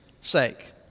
sake